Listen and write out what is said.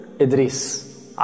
Idris